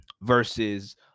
versus